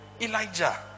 Elijah